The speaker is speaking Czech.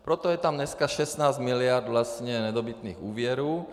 Proto je tam dneska 16 miliard nedobytných úvěrů.